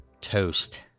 Toast